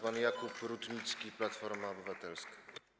Pan poseł Jakub Rutnicki, Platforma Obywatelska.